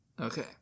Okay